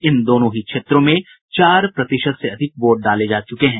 इन दोनों ही क्षेत्रों में चार प्रतिशत से अधिक वोट डाले गये हैं